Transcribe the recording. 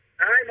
Hi